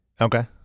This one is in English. Okay